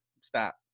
stop